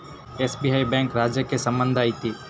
SBI bank ರಾಜ್ಯಕ್ಕೆ ಸಂಬಂಧ ಐತಿ